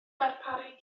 darparu